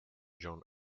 john